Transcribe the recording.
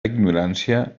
ignorància